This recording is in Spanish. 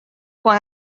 juan